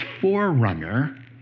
forerunner